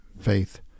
faith